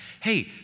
Hey